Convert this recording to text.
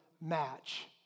Match